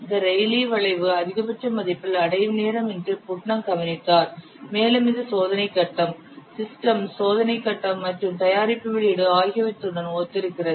இதை ரெய்லீ வளைவு அதிகபட்ச மதிப்பில் அடையும் நேரம் என்று புட்னம் கவனித்தார் மேலும் இது சோதனைக் கட்டம் சிஸ்டம் சோதனை கட்டம் மற்றும் தயாரிப்பு வெளியீடு ஆகியவற்றுடன் ஒத்திருக்கிறது